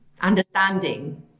understanding